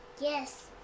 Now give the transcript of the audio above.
Yes